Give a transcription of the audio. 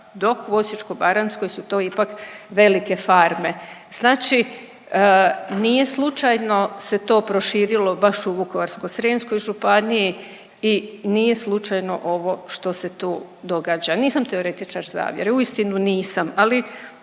dok u Osječko-baranjskoj su to ipak velike farme. Znači nije slučajno se to proširilo baš u Vukovarsko-srijemskoj županiji i nije slučajno ovo što se tu događa. Nisam teoretičar zavjere, uistinu nisam, ali